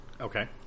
Okay